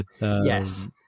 Yes